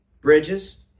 Bridges